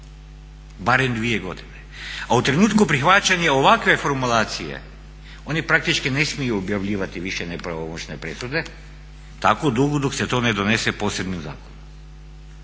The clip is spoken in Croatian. barem dvije godine, a u trenutku prihvaćanja ovakve formulacije oni praktički ne smiju objavljivati više nepravomoćne presude tako dugo dok se to ne donese posebnim zakonom.